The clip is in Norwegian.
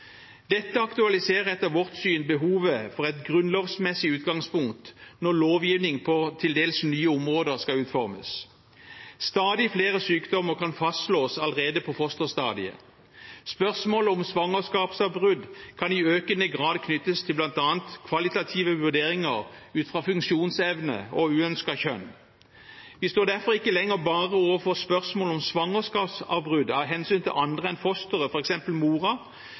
Dette aktualiserer etter vårt syn behovet for et grunnlovsmessig utgangspunkt når lovgivningen på til dels nye områder skal utformes. Stadig flere sykdommer kan fastslås allerede på fosterstadiet. Spørsmålet om svangerskapsavbrudd kan i økende grad knyttes til bl.a. kvalitative vurderinger ut fra funksjonsevne og uønsket kjønn. Vi står derfor ikke lenger bare overfor spørsmål om svangerskapsavbrudd av hensyn til andre enn fosteret,